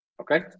Okay